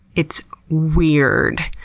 it's weird.